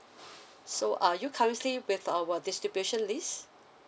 so are you currently with our distribution list